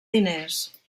diners